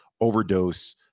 overdose